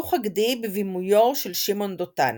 "חיוך הגדי" – בבימויו של שמעון דותן